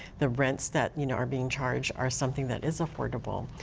the rents that you know are being charged are something that is affordable.